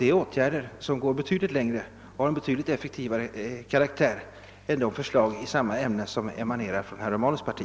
De åtgärderna går betydligt längre och är betydligt effektivare än de åtgärder som föreslagits av herr Romanus” parti.